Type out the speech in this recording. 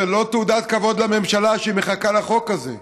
זאת לא תעודת כבוד לממשלה שהיא מחכה לחוק הזה.